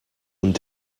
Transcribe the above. und